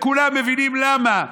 וכולם מבינים למה,